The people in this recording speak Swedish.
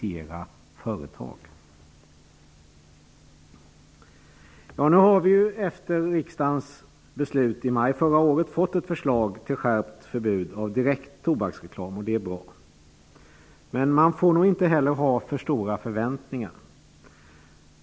Efter riksdagens beslut i maj förra året har vi fått ett förslag till skärpt förbud mot direkt tobaksreklam, vilket är bra. Men vi får inte ha för stora förväntningar.